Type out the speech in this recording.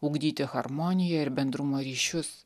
ugdyti harmoniją ir bendrumo ryšius